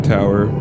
Tower